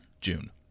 June